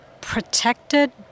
protected